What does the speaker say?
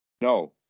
No